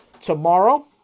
tomorrow